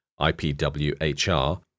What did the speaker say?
IPWHR